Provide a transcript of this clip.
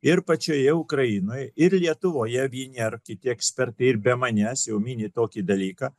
ir pačioje ukrainoj ir lietuvoje vieni ar kiti ekspertai ir be manęs jau mini tokį dalyką